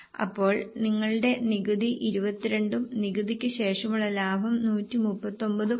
അപ്പോൾ നിങ്ങളുടെ നികുതി 22 ഉം നികുതിക്ക് ശേഷമുള്ള ലാഭം 131 ഉം ആണ്